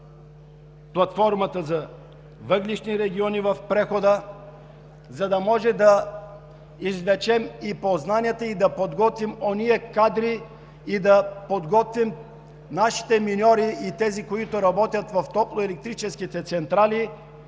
Платформата „Въглищни региони в преход“, за да може да извлечем познанията и да подготвим ония кадри, да подготвим нашите миньори и тези, които работят в топлоелектрическите централи,